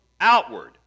outward